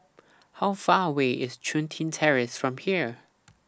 How Far away IS Chun Tin Terrace from here